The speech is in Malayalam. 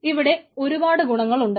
ഇവിടെ ഒരുപാട് ഗുണങ്ങളുണ്ട്